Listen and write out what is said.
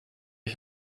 ich